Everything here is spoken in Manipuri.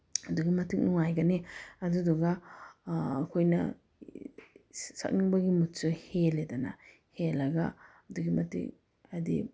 ꯑꯗꯨꯛꯀꯤ ꯃꯇꯤꯛ ꯅꯨꯡꯉꯥꯏꯒꯅꯤ ꯑꯗꯨꯗꯨꯒ ꯑꯩꯈꯣꯏꯅ ꯁꯛꯅꯤꯡꯕꯒꯤ ꯃꯨꯠꯁꯨ ꯍꯦꯜꯂꯦꯗꯅ ꯍꯦꯜꯂꯒ ꯑꯗꯨꯛꯀꯤ ꯃꯇꯤꯛ ꯍꯥꯏꯗꯤ